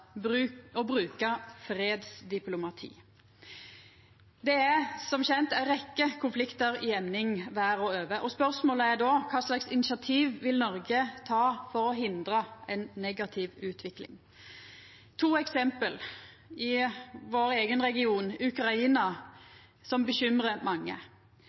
å bruka fredsdiplomati: Det er som kjent ei rekkje konfliktar i emning verda over, og spørsmålet er då kva slags initiativ Noreg vil ta for å hindra ei negativ utvikling. Eg har to eksempel: I vår eigen region bekymrar Ukraina mange.